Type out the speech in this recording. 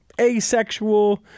asexual